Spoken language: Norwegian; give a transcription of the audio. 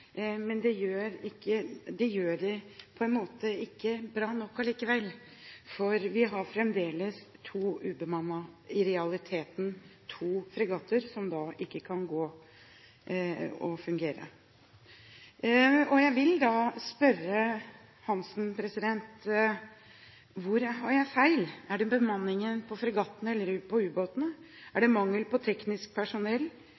det gjør det ikke bra nok allikevel. Vi har fremdeles – i realiteten – to ubemannede fregatter, som da ikke kan fungere. Jeg vil spørre representanten Hansen: Hvor har jeg feil – gjelder det bemanningen på fregattene eller på ubåtene? Eller gjelder det mangel på teknisk personell? Gjelder det flyteknisk eller teknisk mannskap i Hæren? Er